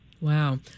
Wow